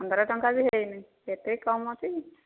ପନ୍ଦର ଟଙ୍କା ବି ଏତେ କମ୍ ଅଛି